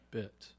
bit